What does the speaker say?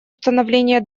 установления